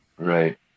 Right